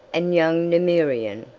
and young numerian,